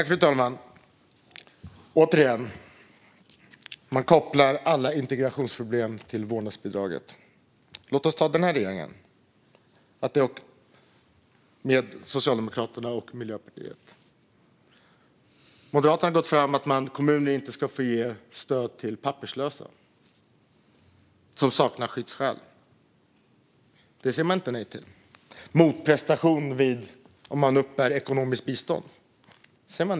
Fru talman! Återigen kopplar man alla integrationsproblem till vårdnadsbidraget. Låt oss titta på den här regeringen, som består av Socialdemokraterna och Miljöpartiet: Moderaterna har gått fram med att kommuner inte ska få ge stöd till papperslösa som saknar skyddsskäl, och det säger regeringen nej till. Man säger nej till motprestation för den som uppbär ekonomiskt bistånd.